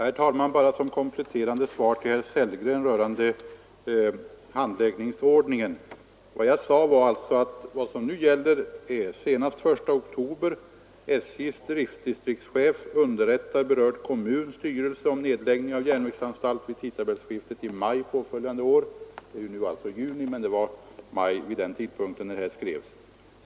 Herr talman! Jag skall bara ge ett kompletterande svar till herr Sellgren rörande handläggningsordningen. Vad jag sade var alltså att vad nu gäller är följande: Senast den 1 oktober: SJ:s driftdistriktschef underrättar berörd kommuns styrelse om nedläggning av järnvägsanstalt vi tidtabellsskiftet i maj påföljande år. Det blir alltså nu juni, men det var fråga om maj när detta skrevs.